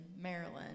Maryland